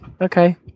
okay